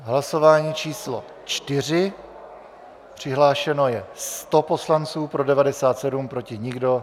Hlasování číslo 4, přihlášeno je 100 poslanců, pro 97, proti nikdo.